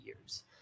years